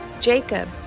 Jacob